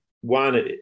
one